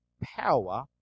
power